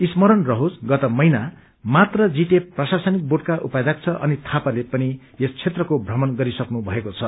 स्मरण रहोस गत महिना मात्र जीटीए प्रशासनिक बोर्डका उपाध्यक्ष अनित थापाले पनि यस क्षेत्रको भ्रमण गरिसक्नु भएको छ